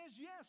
yes